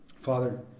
Father